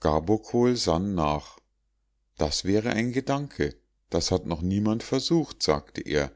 gabokol sann nach das wäre ein gedanke das hat noch niemand versucht sagte er